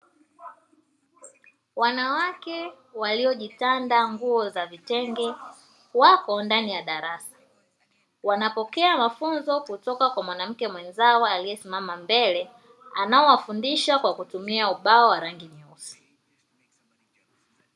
Wanawake waliojitanda nguo za vitenge wapo ndani ya darasa wanapokea mafunzo kutoka kwa mwanamke, mwenzao aliyesimama mbele anaowafundisha kwa kutumia ubao wa rangi.